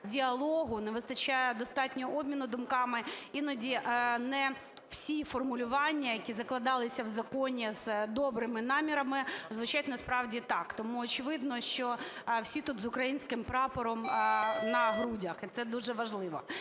діалогу, не вистачає достатнього обміну думками, іноді не всі формулювання, які закладалися в законі з добрими намірами, звучать насправді так. Тому очевидно, що всі тут з українським прапором на грудях, і це дуже важливо.